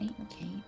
okay